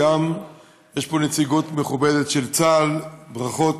יש פה נציגות מכובדת של צה"ל, ברכות.